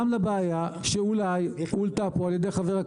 גם לבעיה שאולי הוחלטה פה על-ידי חברי